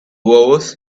hours